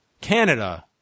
Canada